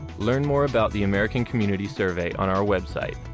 learn more about the american community survey on our website,